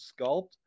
sculpt